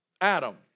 Adam